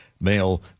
Male